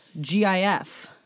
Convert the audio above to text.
GIF